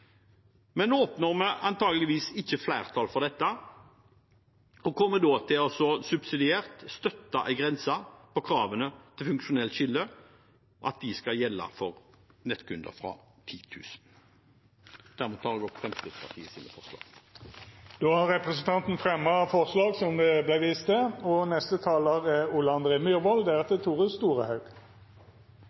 vi oppnår antakelig ikke flertall for dette. Vi kommer subsidiært til å støtte en grense på kravene til funksjonelt skille – at de skal gjelde for nettforetak som har flere enn 10 000 nettkunder. Dermed tar jeg opp Fremskrittspartiets forslag. Representanten Terje Halleland har teke opp det forslaget han refererte til.